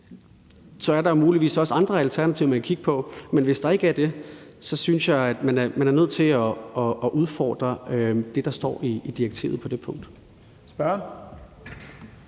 Så er der jo muligvis også andre alternativer, man kan kigge på. Men hvis der ikke er det, synes jeg, man er nødt til at udfordre det, der står i direktivet på det punkt.